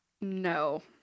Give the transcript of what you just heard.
No